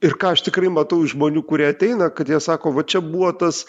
ir ką aš tikrai matau iš žmonių kurie ateina kad jie sako va čia buvo tas